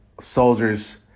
soldiers